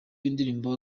w’indirimbo